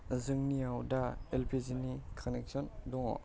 जोंनियाव दा L P G नि कानेक्सन दङ